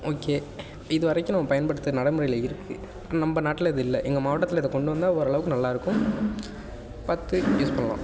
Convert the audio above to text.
okay இதுவரைக்கு நம்ம பயன்படுத்துறது நடைமுறையில் இருக்கு நம்ம நாட்டில் இது இல்லை எங்கள் மாவட்டத்தில் இத கொண்டு வந்தால் ஓரளவுக்கு நல்லாயிருக்கும் பாத்து யூஸ் பண்ணலாம்